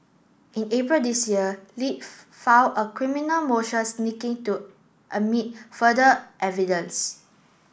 in April this year Li filed a criminal motion sneaking to admit further evidence